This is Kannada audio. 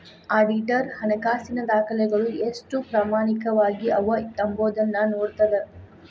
ಆಡಿಟರ್ ಹಣಕಾಸಿನ ದಾಖಲೆಗಳು ಎಷ್ಟು ಪ್ರಾಮಾಣಿಕವಾಗಿ ಅವ ಎಂಬೊದನ್ನ ನೋಡ್ತದ